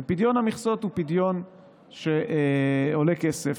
ופדיון המכסות זה פדיון שעולה כסף,